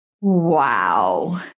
wow